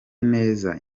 neza